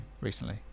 recently